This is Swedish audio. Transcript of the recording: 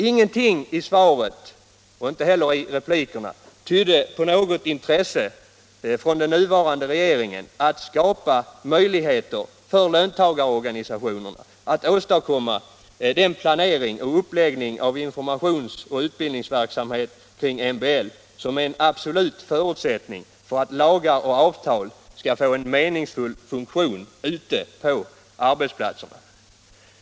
Ingenting i svaret tyder på något intresse hos den nuvarande regeringen att skapa möjligheter för löntagarorganisationerna att åstadkomma den planering och uppläggning av informations och utbildningsverksamheten kring MBL som är en absolut förutsättning för att lagar och avtal skall få en meningsfylld funktion ute på arbetsplatserna.